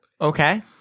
Okay